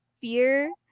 fear